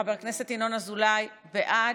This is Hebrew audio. חבר הכנסת ינון אזולאי, בעד.